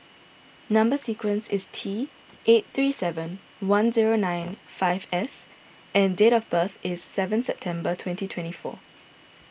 Number Sequence is T eight three seven one zero nine five S and date of birth is seven September twenty twenty four